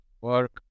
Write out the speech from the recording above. work